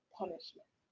punishment